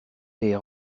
est